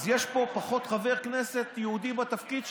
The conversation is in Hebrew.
אז יש פה פחות חבר כנסת יהודי בתפקיד,